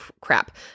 crap